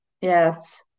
yes